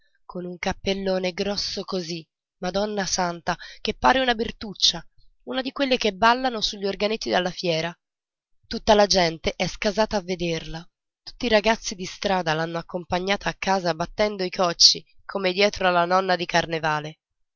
con un cappellone grosso così madonna santa che pare una bertuccia di quelle che ballano sugli organetti alla fiera tutta la gente è scasata a vederla tutti i ragazzi di strada l'hanno accompagnata a casa battendo i cocci come dietro alla nonna di carnevale